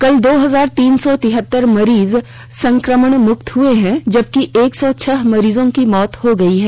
कल दो हजार तीन सौ तिहत्तर मरीज संक्रमण मुक्त हए हैं जबकि एक सौ छह मरीजों की मौत हो गई है